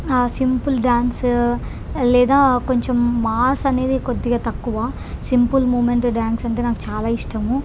simple dance లేదా కొంచెం mass అనేది కొద్దిగా తక్కువ సింపుల్ మూమెంటు డ్యాన్స్ అంటే నాకు చాలా ఇష్టము